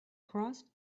crossed